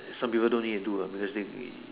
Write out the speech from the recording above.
some people don't need to do uh because